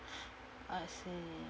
I see